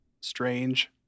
strange